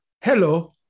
Hello